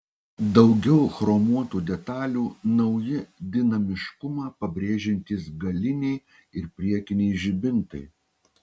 daugiau chromuotų detalių nauji dinamiškumą pabrėžiantys galiniai ir priekiniai žibintai